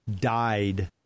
died